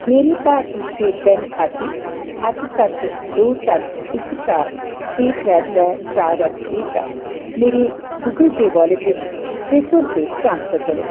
मेरे Bharti state bank खाते अट्ठ सत्त दो सत्त इक चार छे त्रै त्रै चार अट्ठ छे चा मेरे गूगल पेऽ वालेट च छे सौ रपेऽ ट्रांसफर करो